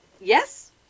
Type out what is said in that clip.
Yes